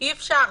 אי-אפשר.